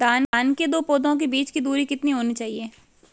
धान के दो पौधों के बीच की दूरी कितनी होनी चाहिए?